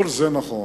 כל זה נכון.